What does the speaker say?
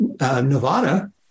Nevada